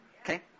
Okay